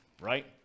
right